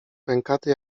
pękaty